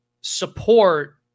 support